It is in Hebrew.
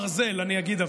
אני לא רוצה להגיד,